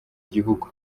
gihugu